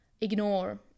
ignore